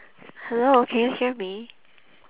hello can you hear me